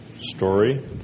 story